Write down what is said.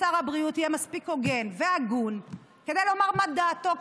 ששר הבריאות יהיה מספיק הוגן והגון כדי לומר מה דעתו,